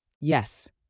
Yes